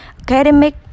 academic